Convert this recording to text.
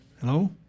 Hello